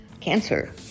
Cancer